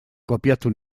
kopiatu